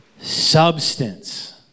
substance